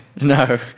No